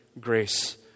grace